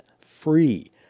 free